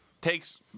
takes